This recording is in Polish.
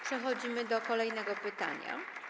Przechodzimy do kolejnego pytania.